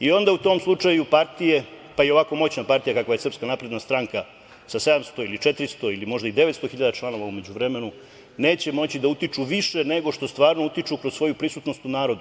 I onda, u tom slučaju, partije, pa i ovako moćna partija kakva je SNS sa 700 ili 400 ili možda i 900 hiljada članova u međuvremenu, neće moći da utiču više nego što stvarno utiču kroz svoju prisutnost u narodu.